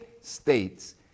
states